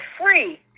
free